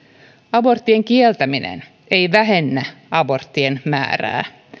abortin kieltäminen ei vähennä aborttien määrää